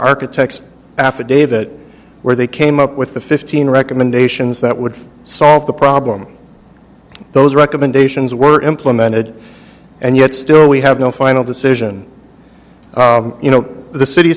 architect's affidavit where they came up with the fifteen recommendations that would solve the problem those recommendations were implemented and yet still we have no final decision you know the city